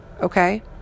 Okay